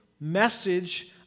message